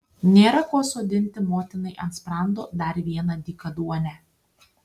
nėra ko sodinti motinai ant sprando dar vieną dykaduonę